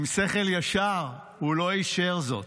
עם שכל ישר, הוא לא אישר זאת.